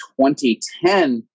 2010